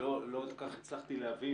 אני לא כל כך הצלחתי להבין